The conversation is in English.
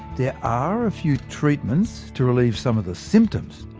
there are a few treatments to relieve some of the symptoms,